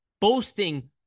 boasting